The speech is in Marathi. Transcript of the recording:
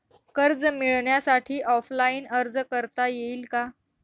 कर्ज मिळण्यासाठी ऑफलाईन अर्ज करता येईल का?